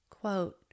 Quote